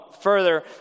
further